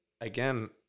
Again